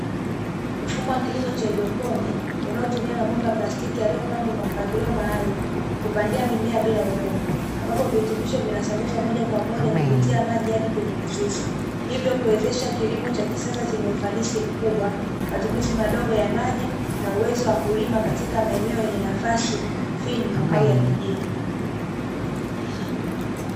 Mfumo wa kilimo cha haidroponi, unaotumia mabomba ya plastiki yaliyopangwa kwa mpangilio maalumu, kupandia mimea bila udongo, ambapo virutubisho vinasambazwa moja kwa moja kupitia maji hadi kwenye mizizi, hivyo kuwezesha kilimo cha kisasa chenye ufanisi mkubwa, matumizi madogo ya maji na uwezo wa kulima katika maeneo yenye nafasi finyu au ya mijini.